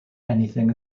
anything